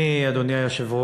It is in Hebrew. אני, אדוני היושב-ראש,